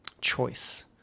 choice